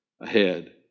ahead